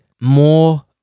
more